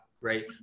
right